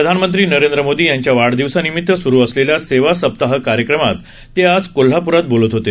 प्रधानमंत्री नरेंद्र मोदी यांच्या वाढदिवसानिमित सुरु असलेल्या सेवा सप्ताह कार्यक्रमात ते आज कोल्हापुरात बोलत होते